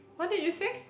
what did you say